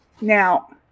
Now